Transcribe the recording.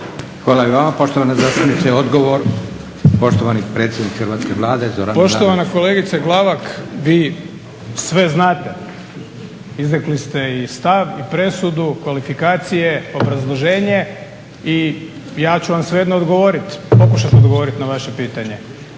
Hvala i vama poštovana zastupnice. Odgovor, poštovani predsjednik hrvatske Vlade Zoran Milanović. **Milanović, Zoran (SDP)** Poštovana kolegice Glavak, vi sve znate, izrekli ste i stav i presudu, kvalifikacije, obrazloženje i ja ću vam svejedno odgovoriti, pokušat odgovorit na vaše pitanje.